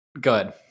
Good